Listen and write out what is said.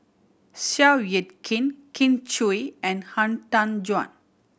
Seow Yit Kin Kin Chui and Han Tan Juan